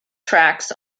tracks